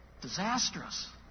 Disastrous